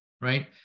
right